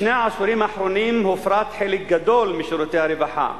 בשני העשורים האחרונים הופרט חלק גדול משירותי הרווחה,